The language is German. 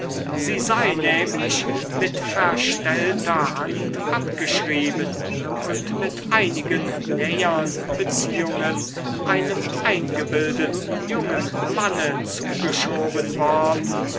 sie sei nämlich mit verstellter hand abgeschrieben und mit einigen nähern beziehungen einem eingebildeten jungen manne zugeschoben worden